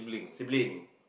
sibling